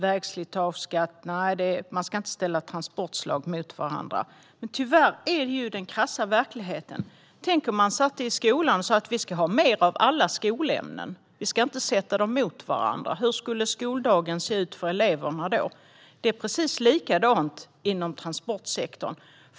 Vägslitageskatt - nej, man ska inte ställa transportslag mot varandra. Men tyvärr är det den krassa verkligheten. Tänk om man satt i skolan och sa: Vi ska ha mer av alla skolämnen. Vi ska inte ställa dem mot varandra. Hur skulle skoldagen då se ut för eleverna? Det är precis likadant inom transportsektorn.